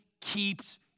keeps